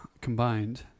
combined